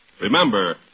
Remember